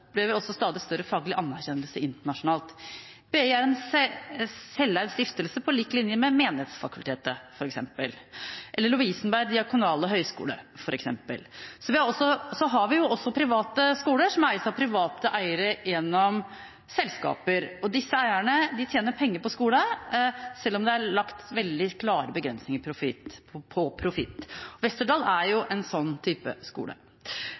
en selveid stiftelse, på lik linje med f.eks. Menighetsfakultetet eller Lovisenberg diakonale høgskole. Så har vi også private skoler som eies av private eiere gjennom selskaper, og disse eierne tjener penger på skole selv om det er lagt veldig klare begrensninger på profitt. Westerdals er en slik type skole.